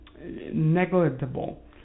negligible